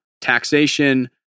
taxation